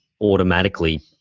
automatically